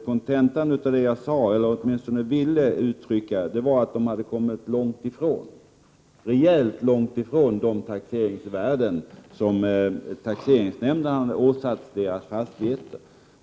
Kontentan av vad jag åtminstone ville ha sagt var att de hade kommit rejält långt ifrån de taxeringsvärden som taxeringsnämnden hade åsatt deras fastigheter.